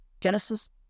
Genesis